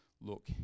look